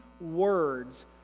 words